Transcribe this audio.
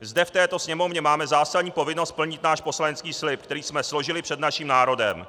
Zde v této Sněmovně máme zásadní povinnost splnit náš poslanecký slib, který jsme složili před naším národem.